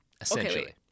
essentially